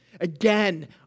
Again